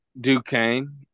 Duquesne